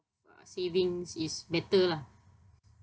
uh savings is better lah